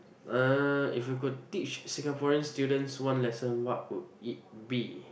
uh if you could teach Singaporean students one lesson what would it be